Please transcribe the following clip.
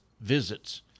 visits